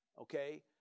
okay